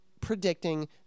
predicting